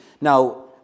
Now